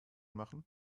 machen